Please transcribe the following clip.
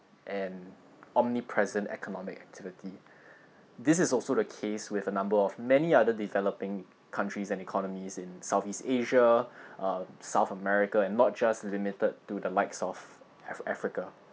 and omnipresent economic activity this is also the case with a number of many other developing countries and economies in south east asia uh south america and not just limited to the likes of af~ africa